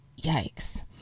yikes